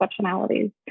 exceptionalities